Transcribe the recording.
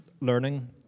learning